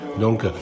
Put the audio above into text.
donc